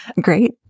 Great